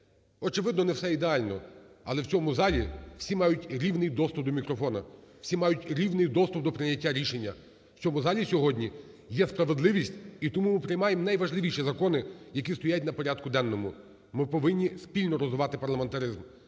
Очевидно, не все ідеально, але в цьому залі всі мають рівний доступ до мікрофону, всі мають рівний доступ до прийняття рішення, в цьому залі сьогодні є справедливість, і тому ми приймаємо найважливіші закони, які стоять на порядку денному. Ми повинні спільно розвивати парламентаризм,